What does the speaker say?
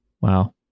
Wow